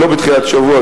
לא בתחילת השבוע,